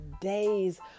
days